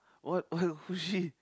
what why the who is she